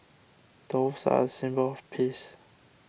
doves are a symbol of peace